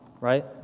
right